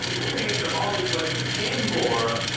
we're gonna answer all these questions and more